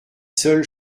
seule